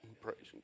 praising